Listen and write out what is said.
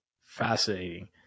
Fascinating